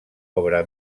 obra